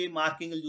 marking